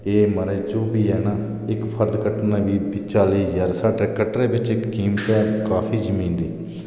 एह् म्हाराज जो बी ऐ ना इक्क फर्द कट्टने दे बी चाली ज्हार साढ़े कटरै बिच बी कीमत ऐ काफी जमीन दी